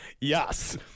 yes